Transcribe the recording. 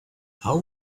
how